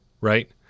Right